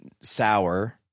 sour